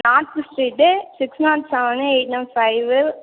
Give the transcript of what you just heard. north street six knot seven eight eleven five